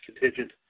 Contingent